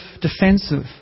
defensive